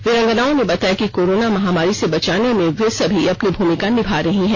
वीरांगनाओं ने बताया कि कोरोना महामारी से बचाने में वे सभी अपनी भूमिका निभा रही हैं